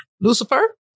Lucifer